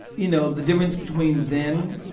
you know, the difference between then